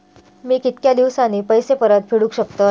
मी कीतक्या दिवसांनी पैसे परत फेडुक शकतय?